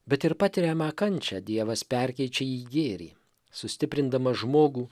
bet ir patiriamą kančią dievas perkeičia į gėrį sustiprindamas žmogų